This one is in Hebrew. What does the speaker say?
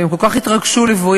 והם כל כך התרגשו מבואי.